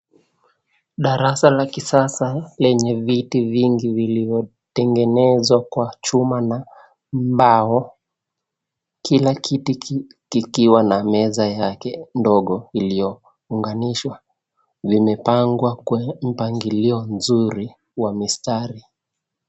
Darasa la kisasa lenye viti vingi vilivyotengenezwa kwa chuma na mbao, kila kiti kikiwa na meza yake ndogo iliyounganishwa. Vimepangwa kwa mpangilio nzuri wa mistari.